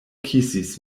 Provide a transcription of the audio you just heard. kisis